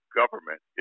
government